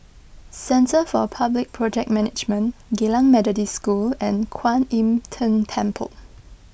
Centre for Public Project Management Geylang Methodist School and Kwan Im Tng Temple